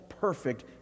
perfect